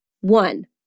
One